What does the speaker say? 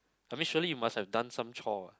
I mean surely you must have done some chore what